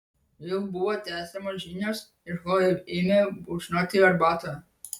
vėl buvo tęsiamos žinios ir chlojė ėmė gurkšnoti arbatą